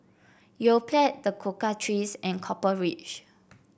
Yoplait The Cocoa Trees and Copper Ridge